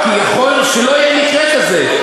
שלא יקרה מקרה כזה.